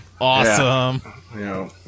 Awesome